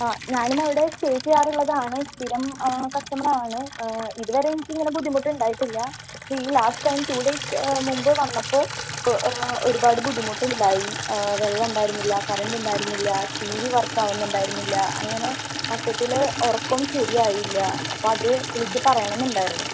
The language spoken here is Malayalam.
ആ ഞാനും അവിടെ സ്റ്റേ ചെയ്യാറുള്ളതാണ് സ്ഥിരം കസ്റ്റമർ ആണ് ഇതുവരെ എനിക്കിങ്ങനെ ബുദ്ധിമുട്ടുണ്ടായിട്ടില്ല പക്ഷെ ഈ ലാസ്റ്റ് ടൈം ടു ഡേയ്സ് മുമ്പ് വന്നപ്പോൾ ഒരുപാട് ബുദ്ധിമുട്ടുണ്ടായി വെള്ളം ഉണ്ടായിരുന്നില്ല കറണ്ട് ഉണ്ടായിരുന്നില്ല ടി വി വർക്ക് ആവുന്നുണ്ടായിരുന്നില്ല അങ്ങനെ മൊത്തത്തിൽ ഉറക്കവും ശരിയായില്ല അപ്പ അത് വിളിച്ച് പ്രയാണം എന്നുണ്ടായിരുന്നു